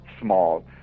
small